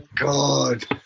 god